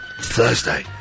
Thursday